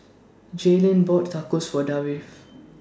Jaylene bought Tacos For Davie